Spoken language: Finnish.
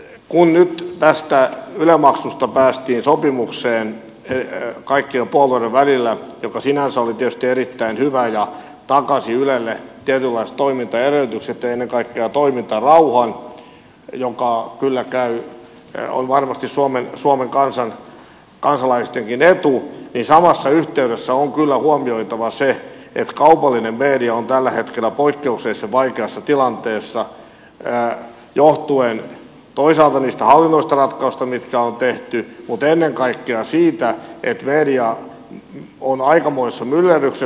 kun nyt tästä yle maksusta päästiin sopimukseen kaikkien puolueiden välillä mikä sinänsä oli tietysti erittäin hyvä ja takasi ylelle tietynlaiset toimintaedellytykset ja ennen kaikkea toimintarauhan joka kyllä on varmasti suomen kansalaistenkin etu niin samassa yhteydessä on kyllä huomioitava se että kaupallinen media on tällä hetkellä poikkeuksellisen vaikeassa tilanteessa johtuen toisaalta niistä hallinnollisista ratkaisuista mitkä on tehty mutta ennen kaikkea siitä että media on aikamoisessa myllerryksessä